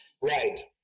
right